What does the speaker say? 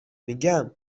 میگم